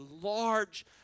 large